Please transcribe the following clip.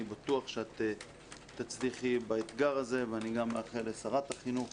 אני בטוח שתצליחי באתגר הזה ואני גם מאחל לשרת החינוך